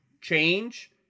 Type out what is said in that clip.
change